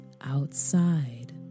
outside